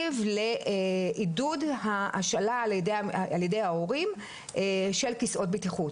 תקציב לעידוד ההשאלה על ידי ההורים של כסאות בטיחות.